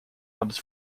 hubs